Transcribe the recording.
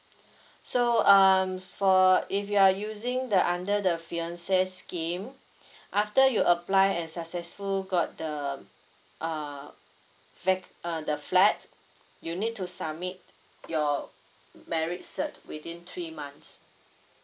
so um for if you are using the under the fiancé scheme after you apply and successful got the uh fa~ uh the flat you need to submit your marriage cert within three months